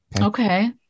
okay